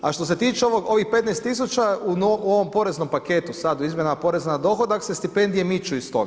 A što se tiče ovih 15 tisuća u ovom poreznom paketu, sad u izmjenama poreza na dohodak se stipendije miču iz toga.